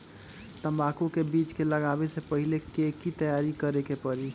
तंबाकू के बीज के लगाबे से पहिले के की तैयारी करे के परी?